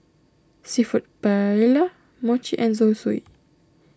Seafood Paella Mochi and Zosui